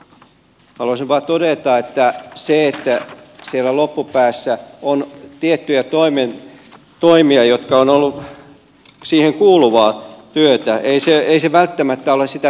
haluaisin vaan todeta että se että siellä loppupäässä on tiettyjä toimia jotka ovat olleet siihen kuuluvaa työtä ei välttämättä ole sitä tehottomuutta